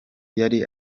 yari